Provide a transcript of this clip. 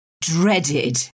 dreaded